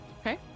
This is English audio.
Okay